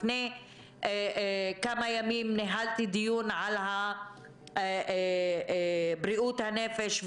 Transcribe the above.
לפני כמה ימים ניהלתי דיון על בריאות הנפש,